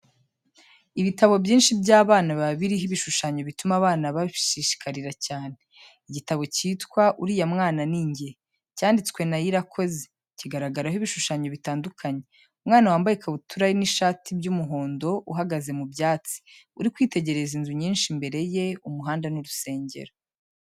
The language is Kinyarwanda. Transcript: Ibitabo byinshi by'abana, biba biriho ibishushanyo bituma abana babishishikarira cyane. Igitabo cyitwa "Uriya Mwana ni Njye." Cyanditswe na IRAKOZE, kigaragaraho ibishushanyo bitandukanye. Umwana wambaye ikabutura n'ishati by'umuhondo, uhagaze mu byatsi, uri kwitegereza inzu nyinshi imbere ye, umuhanda n'urusengero.